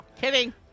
kidding